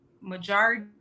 majority